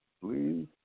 Please